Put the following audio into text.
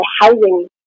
housing